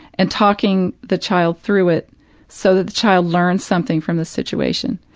and talking the child through it so that the child learns something from the situation.